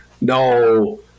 No